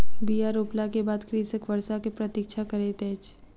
बीया रोपला के बाद कृषक वर्षा के प्रतीक्षा करैत अछि